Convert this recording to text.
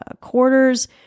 quarters